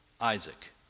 Isaac